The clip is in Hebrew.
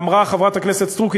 אמרה חברת הכנסת סטרוק,